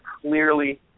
clearly